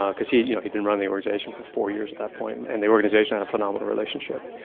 because he you know had been running the organization for four years at that point and the organization had a phenomenal relationship.